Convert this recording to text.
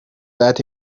that